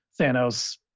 Thanos